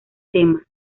tema